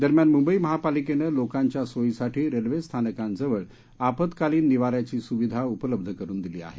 दरम्यान मुंबई महापालिकेनं लोकांच्या सोयीसाठी रेल्वे स्थानकांजवळ आपत्कालीन निवाऱ्याची सुविधा उपलब्ध करून दिली आहे